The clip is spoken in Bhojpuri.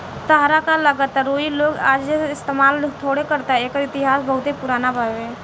ताहरा का लागता रुई लोग आजे से इस्तमाल थोड़े करता एकर इतिहास बहुते पुरान बावे